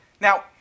Now